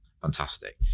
Fantastic